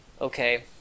Okay